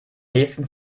nächsten